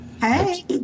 Hey